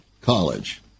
college